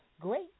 great